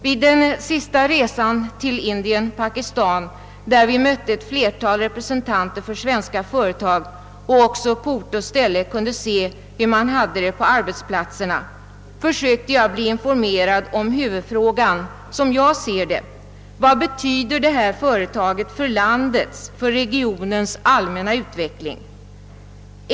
Vid vår senaste resa till Indien och Pakistan mötte vi ett flertal representanter för svenska företag och kunde på ort och ställe se hur man hade det på arbetsplatserna. Jag försökte bli informerad i vad jag betraktar som huvudfrågan: Vad betyder detta företag för landets eller regionens allmänna utveckling?